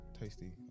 tasty